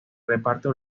reparto